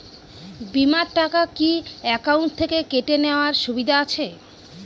বিমার টাকা কি অ্যাকাউন্ট থেকে কেটে নেওয়ার সুবিধা আছে?